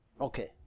Okay